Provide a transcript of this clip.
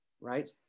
right